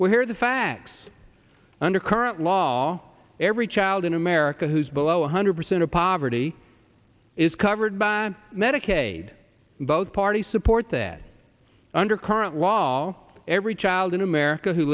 where the facts under current law every child in america who's below one hundred percent of poverty is covered by medicaid both party support that under current law all every child in america who